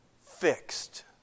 fixed